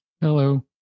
hello